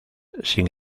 sin